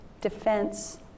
defense